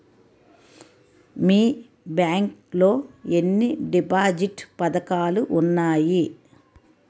మీ bank లో ఎన్ని deposit పథకాలు ఉన్నాయి?